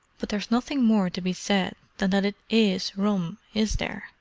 but there's nothing more to be said than that it is rum, is there?